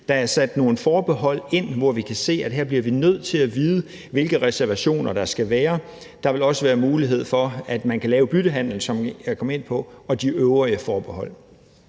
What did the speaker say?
Der er sat nogle forbehold ind, hvor vi kan se, at her bliver vi nødt til at vide, hvilke reservationer der skal være, og der vil også være mulighed for, at man kan lave byttehandel, som jeg kom ind på, og de øvrige forbehold.